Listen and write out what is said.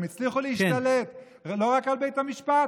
הם הצליחו להשתלט לא רק על בית המשפט,